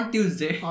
Tuesday